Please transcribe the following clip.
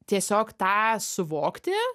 tiesiog tą suvokti